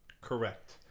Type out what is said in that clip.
Correct